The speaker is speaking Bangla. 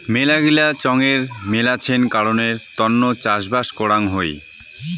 মেলাগিলা চঙের মেলাছেন কারণের তন্ন চাষবাস করাং হই